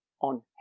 on